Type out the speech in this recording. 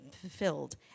fulfilled